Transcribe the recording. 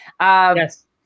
Yes